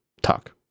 talk